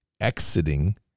exiting